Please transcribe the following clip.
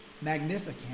Magnificent